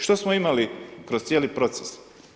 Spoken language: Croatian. Što smo imali kroz cijeli proces?